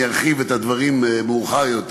אני ארחיב את הדברים מאוחר יותר,